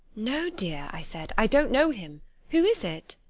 no, dear, i said i don't know him who is it?